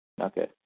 Okay